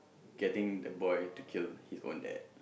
getting the boy to kill his own dad